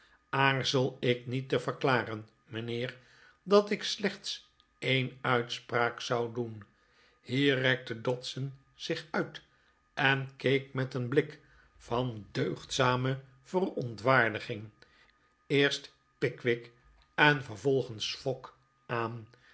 aarzel ik niet te verklaren mijnheer dat ik slechts een uitspraak zou doen hier rekte dodson zich uit en keek met een blik van deugdzame verontwaardiging eerst pickwick en vervolgens fogg aan